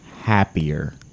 happier